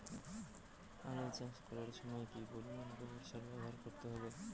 আলু চাষ করার সময় কি পরিমাণ গোবর সার ব্যবহার করতে হবে?